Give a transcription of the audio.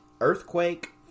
earthquake